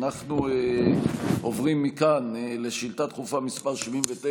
אנחנו עוברים מכאן לשאילתה דחופה מס' 79,